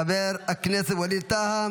חבר הכנסת ווליד טאהא,